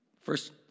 first